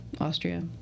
Austria